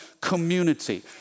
community